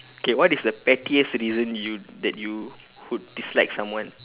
okay what is the pettiest reason you that you would dislike someone